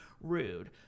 rude